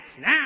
Now